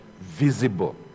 visible